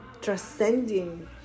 transcending